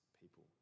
people